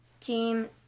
team